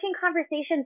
conversations